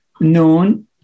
known